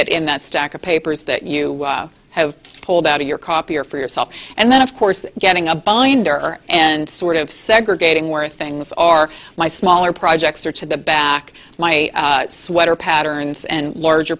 it in that stack of papers that you have pulled out of your copier for yourself and then of course getting a binder and sort of segregating where things are my smaller projects are to the back of my sweater patterns and larger